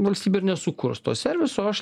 valstybė ir nesukurs to serviso aš